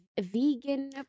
vegan